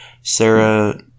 Sarah